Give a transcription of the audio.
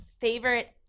Favorite